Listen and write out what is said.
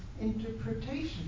interpretation